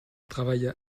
travailla